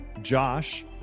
Josh